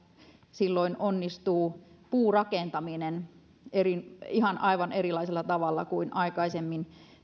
silloin samalla onnistuu puurakentaminen aivan erilaisella tavalla kuin aikaisemmin